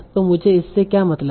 तो मुझे इससे क्या मतलब है